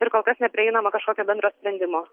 ir kol kas neprieinama kažkokio bendro sprendimo